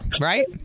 Right